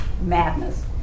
madness